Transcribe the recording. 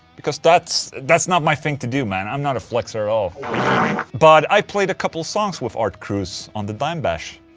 because that's that's not my thing to do man, i'm not a flexor all but i played a couple of songs with art cruz on the dimebash